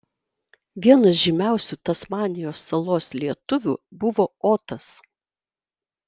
vienas žymiausių tasmanijos salos lietuvių buvo otas